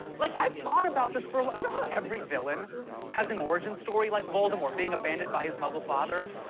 like, i've thought about this for a. you like know how every villain has an origin story? like voldemort being abandoned by his muggle father.